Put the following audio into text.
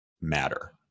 matter